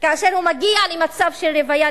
הוא מגיע למצב של רוויה,